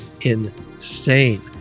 insane